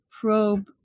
probe